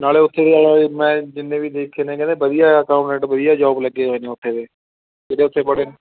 ਨਾਲੇ ਉੱਥੇ ਮੈਂ ਜਿੰਨੇ ਵੀ ਦੇਖੇ ਨੇ ਜਿਹੜੇ ਵਧੀਆ ਅਕਾਊਂਟੈਂਟ ਵਧੀਆ ਜੋਬ ਲੱਗੇ ਹੋਏ ਨੇ ਉੱਥੇ ਦੇ ਜਿਹੜੇ ਉੱਥੇ ਪੜ੍ਹੇ ਨੇ